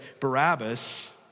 Barabbas